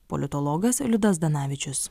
politologas liudas zdanavičius